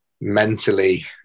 mentally